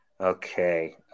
Okay